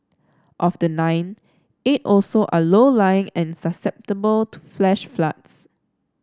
of the nine eight also are low lying and susceptible to flash floods